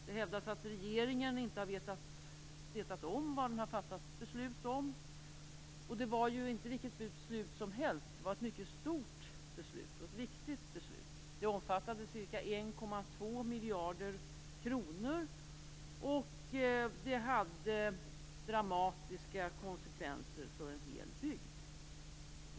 Det hävdas att regeringen inte har vetat om vad den har fattat beslut om. Det var inte vilket beslut som helst, utan det var ett mycket stort och viktigt beslut. Det omfattade ca 1,2 miljarder kronor. Det hade dramatiska konsekvenser för en hel bygd.